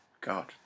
god